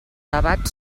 debat